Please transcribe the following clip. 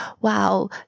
Wow